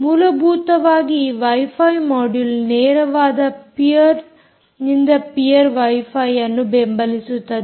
ಮೂಲಭೂತವಾಗಿ ಈ wifi module ನೇರವಾದ ಪೀರ್ ನಿಂದ ಪೀರ್ ವೈಫೈ ಅನ್ನು ಬೆಂಬಲಿಸುತ್ತದೆ